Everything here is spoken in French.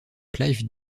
clive